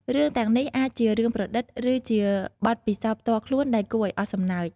រឿងទាំងនេះអាចជារឿងប្រឌិត ឬជាបទពិសោធន៍ផ្ទាល់ខ្លួនដែលគួរឱ្យអស់សំណើច។